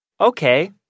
Okay